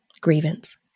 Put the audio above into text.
grievance